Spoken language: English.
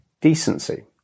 decency